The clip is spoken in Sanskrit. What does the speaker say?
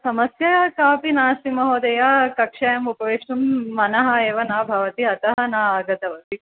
समस्या कापि नास्ति महोदया कक्षायाम् उपवेष्टुं मनः एव न भवति अतः नागतवती